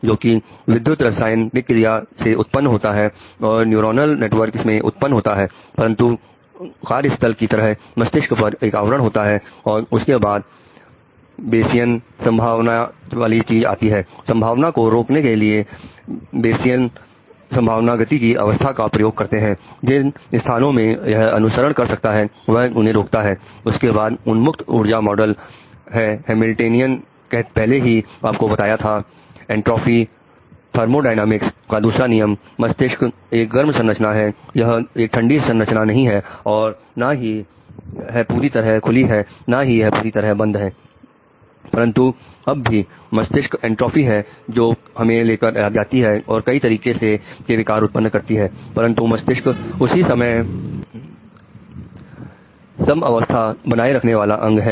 जोकि विद्युत रासायनिक क्रिया से उत्पन्न होता है और न्यूरॉनल नेटवर्क से उत्पन्न होता है परंतु कार्य स्थान की तरह मस्तिष्क पर एक आवरण होता है और उसके बाद बेसीएन है जो हमें लेकर जाती है और कई तरीके के विकार उत्पन्न करती है परंतु मस्तिष्क उसी समय सम अवस्था बनाए रखने वाला अंग है